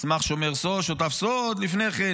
מסמך שותף סוד, לפני כן.